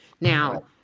now